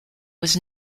was